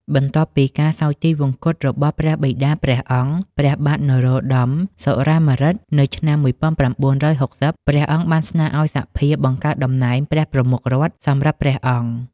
បន្ទាប់ពីការសោយទិវង្គតរបស់ព្រះបិតាព្រះអង្គ ព្រះបាទ នរោត្តម សុរាម្រិត នៅឆ្នាំ ១៩៦០ ព្រះអង្គបានស្នើឱ្យសភាបង្កើតតំណែង ព្រះប្រមុខរដ្ឋ សម្រាប់ព្រះអង្គ។